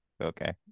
okay